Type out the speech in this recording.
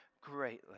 greatly